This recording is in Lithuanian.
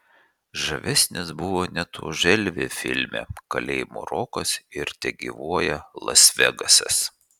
žavesnis buvo net už elvį filme kalėjimo rokas ir tegyvuoja las vegasas